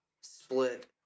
split